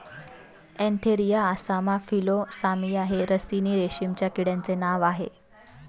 Antheraea assama Philosamia हे ricini रेशीमच्या किड्यांचे नाव आह